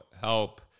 help